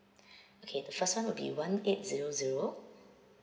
okay the first one will be one eight zero zero